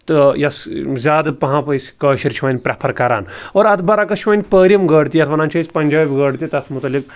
تہٕ یَس زیادٕ پَہَم أسۍ کٲشِرۍ چھِ وَنۍ پرٛٮ۪فَر کَران اور اَتھ برعقس چھُ وۄنۍ پٲرِم گاڈ تہِ یَتھ وَنان چھِ أسۍ پنٛجٲبۍ گاڈ تہِ تَتھ متعلق